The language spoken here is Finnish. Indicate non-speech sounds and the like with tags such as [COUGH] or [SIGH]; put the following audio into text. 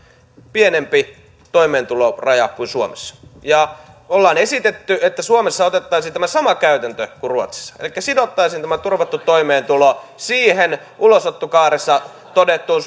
pienempi toimeentuloraja kuin suomessa ja ollaan esitetty että suomessa otettaisiin tämä sama käytäntö kuin ruotsissa elikkä sidottaisiin tämä turvattu toimeentulo siihen ulosottokaaressa todettuun [UNINTELLIGIBLE]